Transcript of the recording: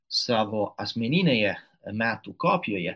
savo asmeninėje metų kopijoje